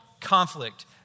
conflict